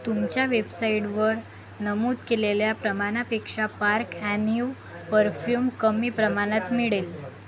तुमच्या वेबसाइटवर नमूद केलेल्या प्रमाणापेक्षा पार्क ॲन्यू परफ्यूम कमी प्रमाणात मिळाले